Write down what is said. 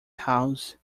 house